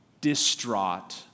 distraught